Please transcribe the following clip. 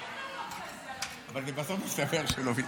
אז ויתרתי.